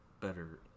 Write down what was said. better